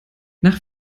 nach